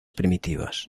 primitivas